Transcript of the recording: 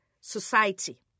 society